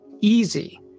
easy